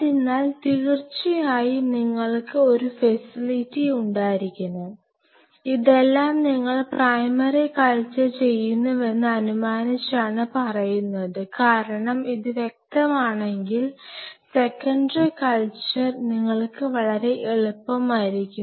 അതിനാൽ തീർച്ചയായും നിങ്ങൾക്ക് ഒരു ഫെസിലിറ്റി ഉണ്ടായിരിക്കണം ഇതെല്ലാം നിങ്ങൾ പ്രൈമറി കൾച്ചർ ചെയ്യുന്നുവെന്ന് അനുമാനിച്ചാണ് പറയുന്നത് കാരണം ഇത് വ്യക്തമാണെങ്കിൽ സെക്കണ്ടറി കൾച്ചർ നിങ്ങൾക്ക് വളരെ എളുപ്പമായിരിക്കും